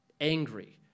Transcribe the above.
Angry